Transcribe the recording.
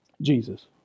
Jesus